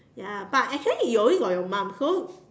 ya but actually you only got your mum so